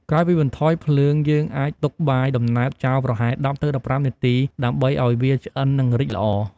ក្រោយពីបន្ថយភ្លើង យើងអាចទុកបាយដំណើបចោលប្រហែល ១០ ទៅ១៥នាទី ដើម្បីឱ្យវាឆ្អិន និង រីកល្អ។